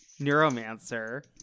neuromancer